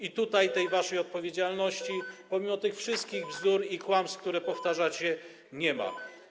I tutaj waszej odpowiedzialności, pomimo tych wszystkich bzdur i kłamstw, które powtarzacie, nie ma.